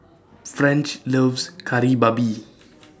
French loves Kari Babi